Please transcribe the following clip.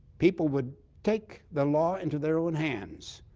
people would take the law into their own hands.